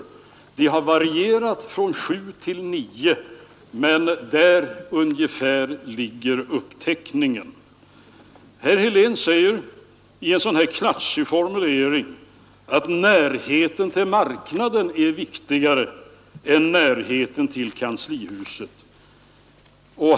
Antalet har varierat mellan sju och nio, men där ungefär ligger uppteckningen. Herr Helén sade i en klatschig formulering att närheten till marknaden är viktigare än närheten till kanslihuset.